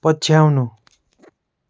पछ्याउनु